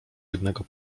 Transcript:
jednego